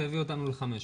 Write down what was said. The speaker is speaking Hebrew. זה יביא אותנו ל-500.